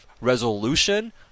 resolution